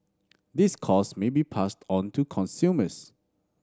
these cost may be passed on to consumers